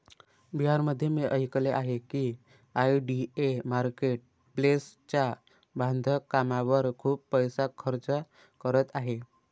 बिहारमध्ये मी ऐकले आहे की आय.डी.ए मार्केट प्लेसच्या बांधकामावर खूप पैसा खर्च करत आहे